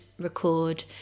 record